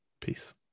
peace